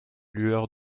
lueur